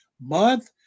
month